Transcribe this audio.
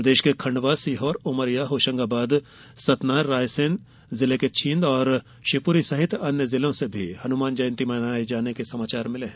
प्रदेश के खंडवा सीहोर उमरिया होशंगाबाद सतना रायसेन जिले के छीन्द और शिवपूरी सहित अन्य जिलों से भी हनुमान जयंती मनाये जाने के समाचार मिले हैं